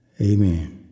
amen